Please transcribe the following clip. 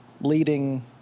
leading